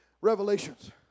revelations